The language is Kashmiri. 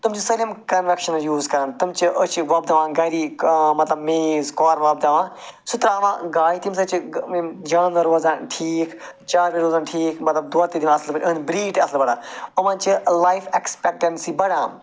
تِم چھِ سٲلِم کَنوٮ۪کشٕنَل یوٗز کران تِم چھِ أسۍ چھِ وۄپداوان گَری مَطلَب میز کارٕن وۄپداوان سُہ ترٛاوان گایہِ تَمہِ سۭتۍ چھِ جانوَر روزان ٹھیٖک چاروٲے روزان ٹھیٖک مَطلَب دۄد تہِ دِوان اَصٕل پٲٹھۍ یِہُنٛد برٛیٖڈ تہِ اصٕل بَڑان یِمَن چھِ لایِف اٮ۪کٕسپٮ۪کٹٮ۪نٛسی بَڑان